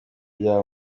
rya